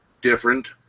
different